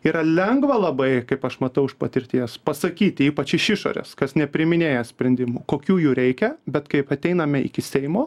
yra lengva labai kaip aš matau iš patirties pasakyti ypač iš išorės kas nepriiminėja sprendimų kokių jų reikia bet kaip ateiname iki seimo